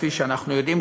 כפי שאנחנו יודעים,